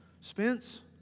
Spence